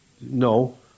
No